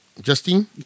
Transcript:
Justine